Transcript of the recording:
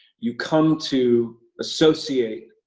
you come to associate